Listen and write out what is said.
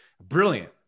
brilliant